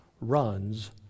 runs